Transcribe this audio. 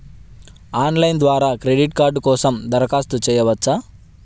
Online ద్వారా credit card కోసం దరఖాస్తు చేయవచ్చా?